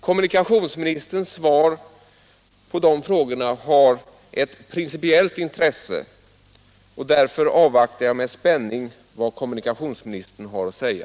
Kommunikationsministerns svar på de frågorna har ett principiellt intresse, och därför avvaktar jag med spänning vad kommunikationsministern har att säga.